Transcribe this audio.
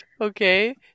okay